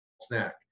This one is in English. Snack